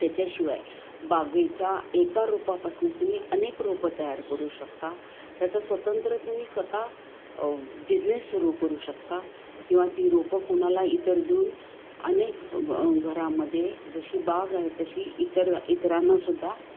त्याच्याशिवाय बागेच्या एका रोपापासनं तुम्ही अनेक रोपं तयार करू शकता त्याचं स्वतंत्र तुम्ही स्वता बिझनेस सुरू करू शकता किंवा ती रोपं कुणाला इतर देऊन अनेक घरामध्ये जशी बाग आहे तशी इतर इतरांनासुद्धा